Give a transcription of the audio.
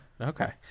Okay